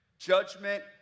judgment